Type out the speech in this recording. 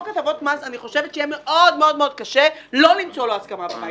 יהיה מאוד קשה לא למצוא לו הסכמה בבית,